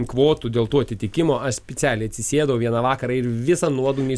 kvotų dėl tų atitikimo aš specialiai atsisėdau vieną vakarą ir visą nuodugniai